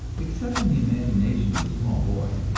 except in the imagination of the small boy,